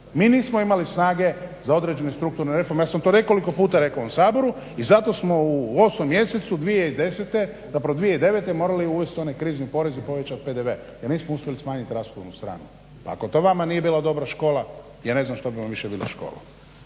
Mi nismo imali snage za određene strukturne reforme, ja sam to nekoliko puta rekao u ovom Saboru, i zato smo u 8. mjesecu 2010., zapravo 2009. morali uvesti onaj krizni porez i povećati PDV jer nismo uspjeli smanjiti rashodovnu stranu. Ako to vama nije bila dobra škola ja ne znam što bi vam više bila škola.